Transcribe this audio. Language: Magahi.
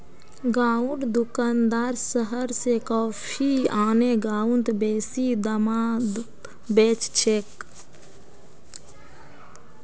गांउर दुकानदार शहर स कॉफी आने गांउत बेसि दामत बेच छेक